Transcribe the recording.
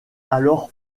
alors